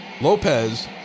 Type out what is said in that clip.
Lopez